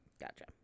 Gotcha